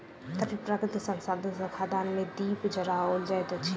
तरल प्राकृतिक इंधन सॅ खदान मे दीप जराओल जाइत अछि